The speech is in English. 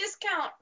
discount